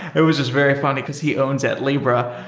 it was just very funny, because he owns it, libra.